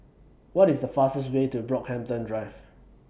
What IS The fastest Way to Brockhampton Drive